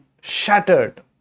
shattered